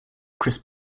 chris